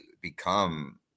become